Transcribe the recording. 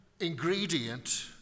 ingredient